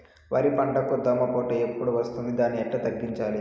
వరి పంటకు దోమపోటు ఎప్పుడు వస్తుంది దాన్ని ఎట్లా తగ్గించాలి?